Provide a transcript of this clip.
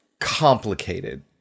complicated